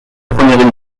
première